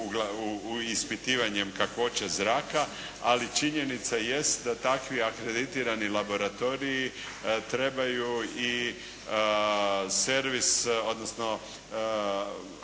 ispitivanjem kakvoće zraka, ali činjenica jest da takvi akreditirani laboratoriji trebaju i servis odnosno